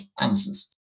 answers